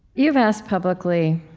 you've asked publicly,